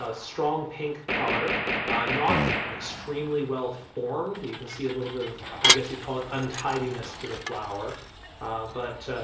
ah strong pink color not extremely well formed you can see a little bit of i guess you'd call it untidiness to the flower but